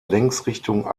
längsrichtung